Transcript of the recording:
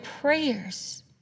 prayers